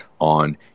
on –